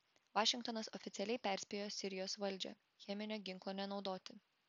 vašingtonas oficialiai perspėjo sirijos valdžią cheminio ginklo nenaudoti